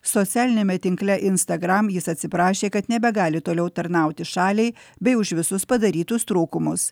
socialiniame tinkle instagram jis atsiprašė kad nebegali toliau tarnauti šaliai bei už visus padarytus trūkumus